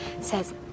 says